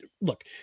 look